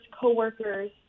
coworkers